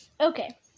Okay